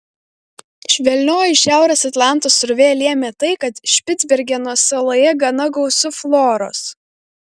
švelnioji šiaurės atlanto srovė lėmė tai kad špicbergeno saloje gana gausu floros